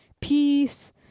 peace